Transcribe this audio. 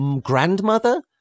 grandmother